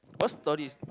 what story is